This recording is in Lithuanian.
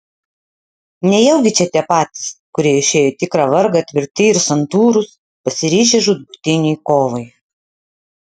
nejaugi čia tie patys kurie išėjo į tikrą vargą tvirti ir santūrūs pasiryžę žūtbūtinei kovai